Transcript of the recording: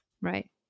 right